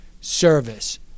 service